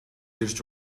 ирж